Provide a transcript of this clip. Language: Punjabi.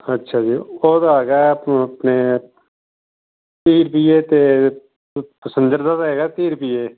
ਅੱਛਾ ਜੀ ਉਹਦਾ ਹੈਗਾ ਆਪਨੋ ਆਪਣੇ ਤੀਹ ਵੀਹ ਏ ਅਤੇ ਪੈਸੰਜਰ ਦਾ ਤਾਂ ਹੈਗਾ ਤੀਹ ਰੁਪਈਏ